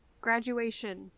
graduation